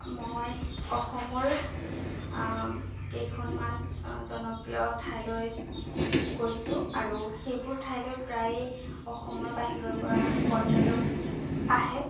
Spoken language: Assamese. মই অসমৰ কেইখনমান জনপ্ৰিয় ঠাইলৈ গৈছো আৰু সেইবোৰ ঠাইলৈ প্ৰায়েই অসমৰ বাহিৰৰ পৰা পৰ্যটক আহে